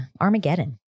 Armageddon